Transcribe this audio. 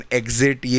exit